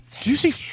Juicy